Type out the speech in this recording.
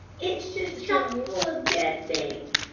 it's just chock-full of dead things!